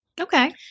Okay